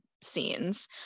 scenes